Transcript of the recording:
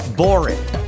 boring